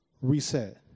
reset